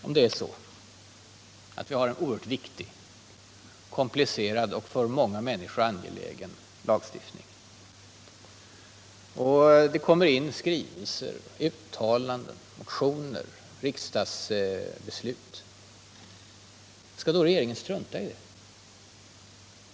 Om vi har en oerhört viktig, komplicerad och för många människor angelägen lagstiftning och det kommer in skrivelser, uttalanden, motioner och riksdagsbeslut — skall då regeringen strunta i dem?